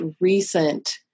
recent